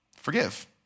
Forgive